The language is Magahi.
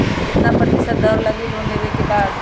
कितना प्रतिशत दर लगी लोन लेबे के बाद?